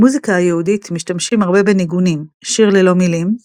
במוזיקה היהודית משתמשים הרבה בניגונים – שיר ללא מילים,